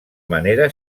manera